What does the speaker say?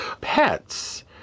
pets